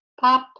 pop